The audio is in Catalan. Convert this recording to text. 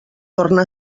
torna